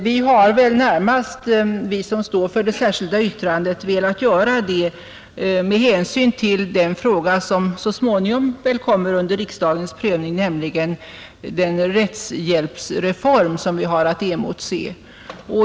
Vi som står för det särskilda yttrandet har närmast velat foga detta till betänkandet med hänvisning till den fråga som så småningom kommer under riksdagens prövning, nämligen den rättshjälpsreform som vi har att motse.